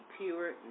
pure